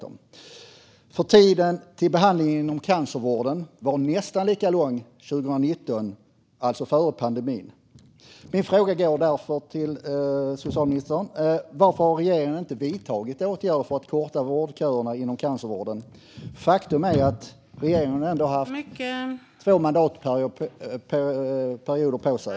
Väntetiden på behandling inom cancervården var nämligen nästan lika lång 2019, alltså före pandemin. Min fråga till socialministern är därför: Varför har regeringen inte vidtagit åtgärder för att korta vårdköerna inom cancervården? Faktum är ändå att regeringen har haft två mandatperioder på sig.